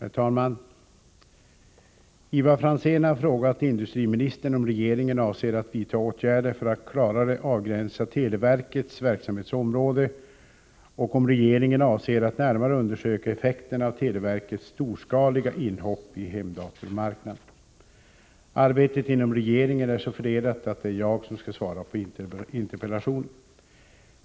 Herr talman! Ivar Franzén har frågat industriministern om regeringen avser att vidta åtgärder för att klarare avgränsa televerkets verksamhetsområde och om regeringen avser att närmare undersöka effekterna av televerkets ”storskaliga inhopp” i hemdatormarknaden. Arbetet inom regeringen är så fördelat att det är jag som skall svara på interpellationen.